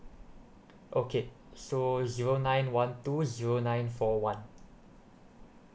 okay so zero nine one two zero nine four one